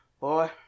Boy